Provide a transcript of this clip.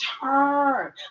turn